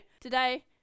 Today